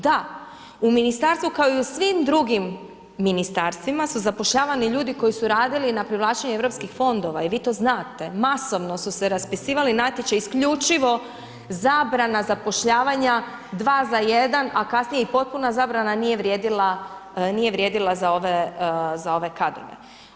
Da, u ministarstvu kao i u svim drugim ministarstvima su zapošljavani ljudi koji su radili na privlačenju europskih fondova i vi to znate, masovno su se raspisivali natječaji isključivo zabrana zapošljavanja dva za jedan a kasnije i potpuna zabrana nije vrijedila za ove kadrove.